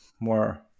more